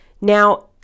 Now